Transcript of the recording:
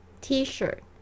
T-shirt